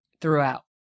throughout